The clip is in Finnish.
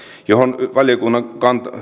johon valiokunnan